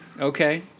okay